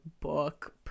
book